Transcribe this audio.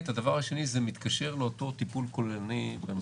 סגן השר לביטחון הפנים יואב סגלוביץ': ו-ב',